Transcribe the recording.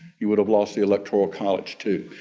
he would have lost the electoral college too.